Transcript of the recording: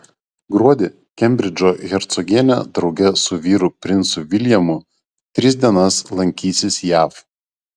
gruodį kembridžo hercogienė drauge su vyru princu viljamu tris dienas lankysis jav